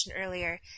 earlier